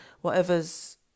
whatever's